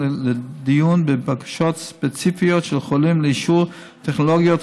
לדיון בבקשות ספציפיות של חולים לאישור טכנולוגיות